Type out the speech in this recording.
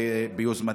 ביוזמתי,